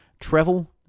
travel